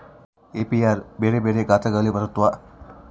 apiary ಬೆರೆ ಬೆರೆ ಗಾತ್ರಗಳಲ್ಲಿ ಬರುತ್ವ